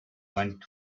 went